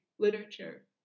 literature